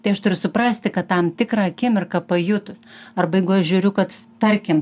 tai aš turiu suprasti kad tam tikrą akimirką pajutus arba jeigu aš žiūriu kad tarkim